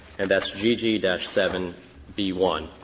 and that's gg seven b one.